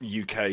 UK